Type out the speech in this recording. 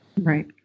Right